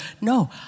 No